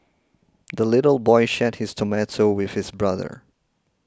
the little boy shared his tomato with his brother